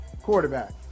quarterback